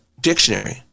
dictionary